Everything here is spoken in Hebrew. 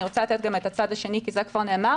אני רוצה לתת גם את הצד השני כי זה כבר נאמר.